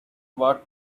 what